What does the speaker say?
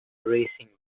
racing